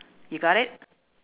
you got it